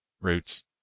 roots